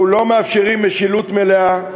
אנחנו לא מאפשרים משילות מלאה,